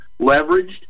leveraged